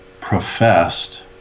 professed